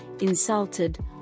insulted